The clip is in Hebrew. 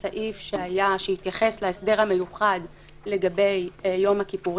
הסתייגות מס' 39. מי בעד ההסתייגות?